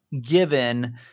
given –